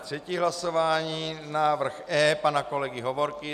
Třetí hlasování návrh E pana kolegy Hovorky.